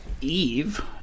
Eve